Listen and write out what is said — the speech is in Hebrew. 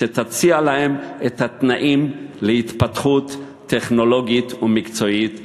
שתציע להם את התנאים להתפתחות טכנולוגית ומקצועית כראוי.